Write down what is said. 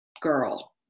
girl